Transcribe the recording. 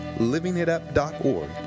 LivingItUp.org